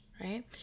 right